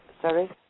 Sorry